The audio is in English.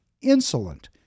insolent